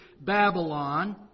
Babylon